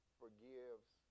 forgives